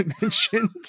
mentioned